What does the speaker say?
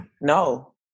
No